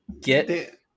get